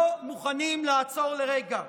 לא מוכנים לעצור לרגע.